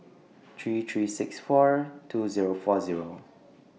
three three six four two Zero four Zero